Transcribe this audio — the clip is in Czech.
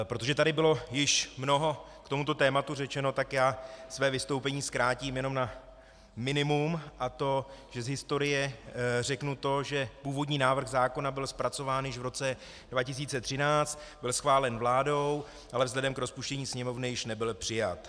Protože tady bylo již mnoho k tomuto tématu řečeno, tak já své vystoupení zkrátím jenom na minimum, a to že z historie řeknu to, že původní návrh zákona byl zpracován již v roce 2013, byl schválen vládou, ale vzhledem k rozpuštění Sněmovny již nebyl přijat.